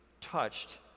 touched